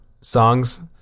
songs